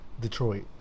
Detroit